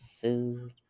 food